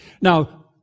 Now